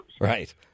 Right